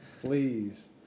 please